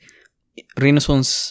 Renaissance